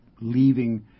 leaving